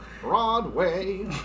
Broadway